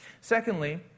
Secondly